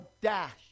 dash